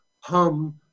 hum